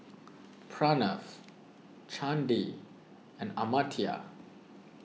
Pranav Chandi and Amartya